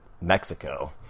mexico